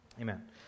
Amen